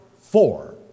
four